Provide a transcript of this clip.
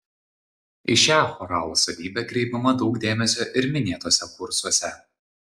į šią choralo savybę kreipiama daug dėmesio ir minėtuose kursuose